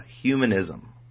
humanism